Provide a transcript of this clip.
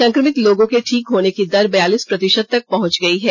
संक्रमित लोगों के ठीक होने की दर बयालीस प्रतिशत तक पहंच गई है